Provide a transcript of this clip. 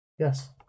Yes